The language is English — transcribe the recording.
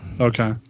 Okay